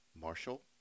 Marshall